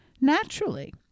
Naturally